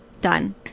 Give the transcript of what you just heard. Done